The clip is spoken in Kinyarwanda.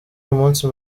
umunsi